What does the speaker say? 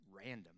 random